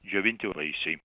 džiovinti vaisiai